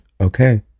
okay